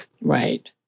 Right